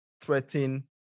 threaten